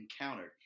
encountered